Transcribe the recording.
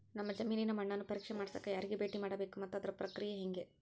ನಮ್ಮ ಜಮೇನಿನ ಮಣ್ಣನ್ನು ಪರೇಕ್ಷೆ ಮಾಡ್ಸಕ ಯಾರಿಗೆ ಭೇಟಿ ಮಾಡಬೇಕು ಮತ್ತು ಅದರ ಪ್ರಕ್ರಿಯೆ ಹೆಂಗೆ?